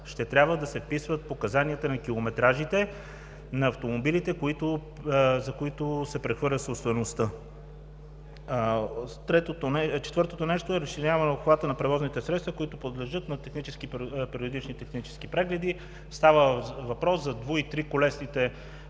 ще трябва да се вписват показанията на километражите на автомобилите, за които се прехвърля собствеността. Четвъртото нещо е разширяване обхвата на превозните средства, които подлежат на периодични технически прегледи. Става въпрос за дву- и триколесните